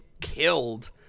killed